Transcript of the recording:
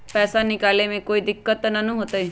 पैसा निकाले में कोई दिक्कत त न होतई?